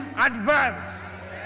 advance